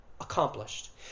accomplished